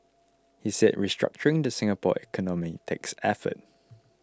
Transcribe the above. he said restructuring the Singapore economy takes effort